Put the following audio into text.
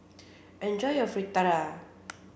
enjoy your Fritada